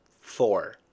four